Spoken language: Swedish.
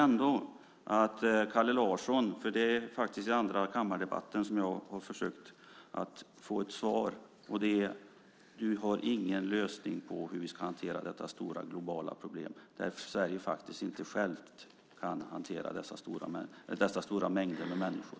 Detta är faktiskt den andra kammardebatten där jag har försökt att få ett svar från Kalle Larsson. Du har ingen lösning på hur vi ska hantera detta stora globala problem. Sverige kan inte självt hantera dessa stora mängder människor.